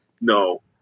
No